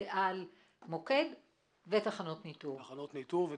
תחנות ניטור?